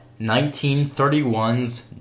1931's